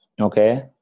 Okay